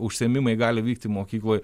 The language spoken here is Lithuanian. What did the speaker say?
užsiėmimai gali vykti mokykloj